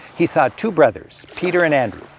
he saw two brothers, peter and andrew.